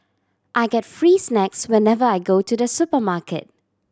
I get free snacks whenever I go to the supermarket